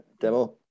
demo